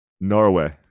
Norway